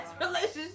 relationship